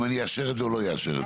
אם אני אאשר את זה או לא אאשר את זה.